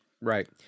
Right